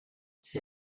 c’est